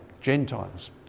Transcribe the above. Gentiles